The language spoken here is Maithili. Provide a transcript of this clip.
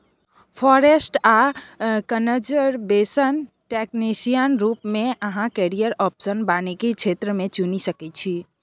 फारेस्ट आ कनजरबेशन टेक्निशियन रुप मे अहाँ कैरियर आप्शन बानिकी क्षेत्र मे चुनि सकै छी